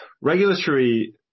regulatory